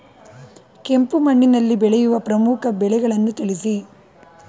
ಕೆಂಪು ಮಣ್ಣಿನಲ್ಲಿ ಬೆಳೆಯುವ ಪ್ರಮುಖ ಬೆಳೆಗಳನ್ನು ತಿಳಿಸಿ?